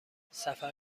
سفر